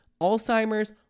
Alzheimer's